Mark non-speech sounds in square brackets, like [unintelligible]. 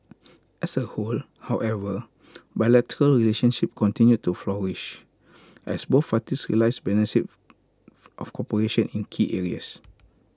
as A whole however bilateral relationship continued to flourish as both [unintelligible] realise [unintelligible] of cooperation in key areas